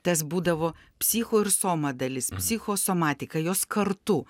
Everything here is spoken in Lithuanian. tas būdavo psicho ir soma dalis psichosomatika jos kartu